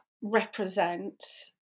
represents